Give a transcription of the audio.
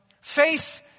Faith